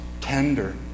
tender